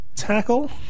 tackle